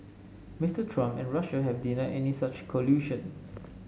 Mister Trump and Russia have denied any such collusion